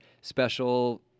special